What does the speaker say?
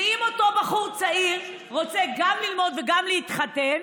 ואם אותו בחור צעיר רוצה גם ללמוד וגם להתחתן?